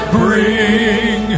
bring